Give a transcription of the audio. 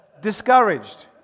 discouraged